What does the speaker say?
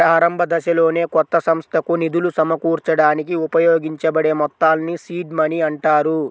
ప్రారంభదశలోనే కొత్త సంస్థకు నిధులు సమకూర్చడానికి ఉపయోగించబడే మొత్తాల్ని సీడ్ మనీ అంటారు